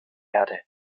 erde